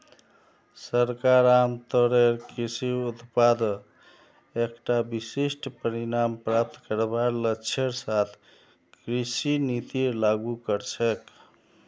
सरकार आमतौरेर कृषि उत्पादत एकता विशिष्ट परिणाम प्राप्त करवार लक्ष्येर साथ कृषि नीतिर लागू कर छेक